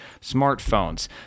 smartphones